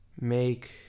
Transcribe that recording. make